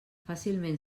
fàcilment